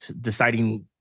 deciding